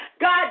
God